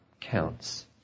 counts